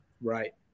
Right